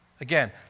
Again